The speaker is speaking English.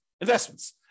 investments